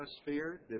atmosphere